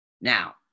Now